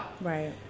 Right